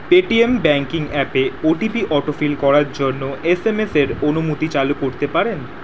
pay T M banking অ্যাপে O T P autofill করার জন্য এস এম এস এর অনুমতি চালু করতে পারেন